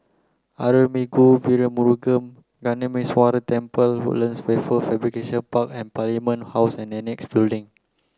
Arulmigu Velmurugan Gnanamuneeswarar Temple Woodlands Wafer Fabrication Park and Parliament House and Annexe Building